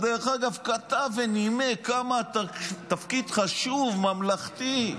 דרך אגב, הוא כתב ונימק כמה התפקיד חשוב, ממלכתי.